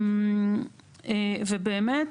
ובאמת,